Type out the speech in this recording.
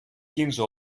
quinze